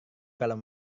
kalau